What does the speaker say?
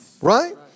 right